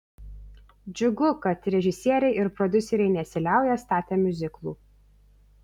džiugu kad režisieriai ir prodiuseriai nesiliauja statę miuziklų